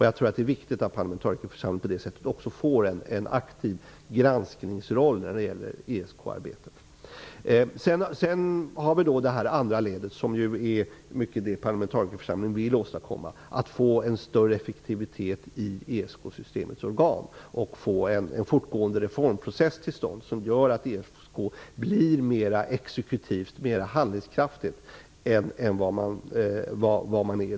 Jag tror att det är viktigt att parlamentarikerförsamlingen på det sättet får en aktiv granskningsroll i ESK-arbetet. Det andra ledet i det som parlamentarikerförsamlingen vill åstadkomma är att få till stånd en större effektivitet i ESK systemets organ och starta en reformprocess som gör att ESK blir mera exekutivt och handlingskraftigt än i dag.